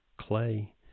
clay